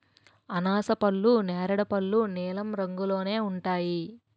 అనాసపళ్ళు నేరేడు పళ్ళు నీలం రంగులోనే ఉంటాయి